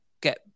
get